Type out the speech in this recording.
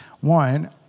One